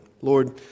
Lord